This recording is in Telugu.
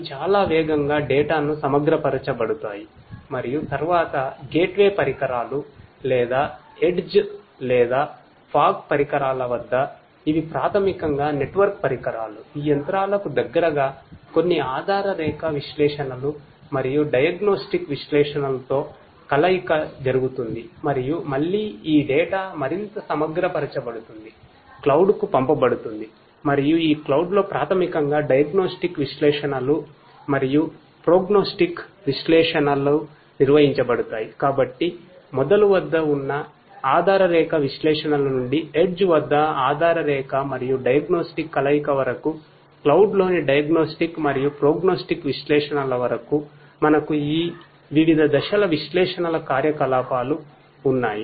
కాబట్టి మొదలు వద్ద ఉన్న ఆధారరేఖ విశ్లేషణల నుండి ఎడెజ్ విశ్లేషణల వరకు మనకు ఈ వివిధ దశల విశ్లేషణల కార్యకలాపాలు ఉన్నాయి